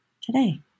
today